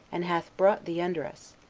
and hath brought thee under us.